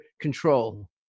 control